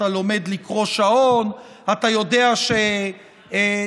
אתה לומד לקרוא שעון,